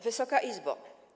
Wysoka Izbo!